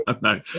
No